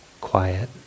quiet